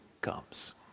comes